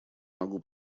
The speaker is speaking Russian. могу